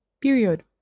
Period